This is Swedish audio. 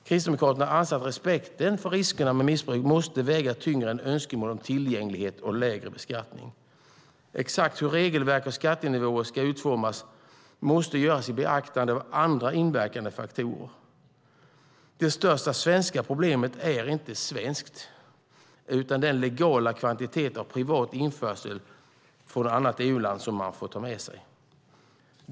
Kristdemokraterna anser att respekten för riskerna med missbruk måste väga tyngre än önskemål om tillgänglighet och lägre beskattning. Exakt hur regelverk och skattenivåer ska utformas måste avgöras i beaktande av andra inverkande faktorer. Det största svenska problemet är inte svenskt utan är den legala kvantiteten av privat införsel från annat EU-land som man får ta med sig.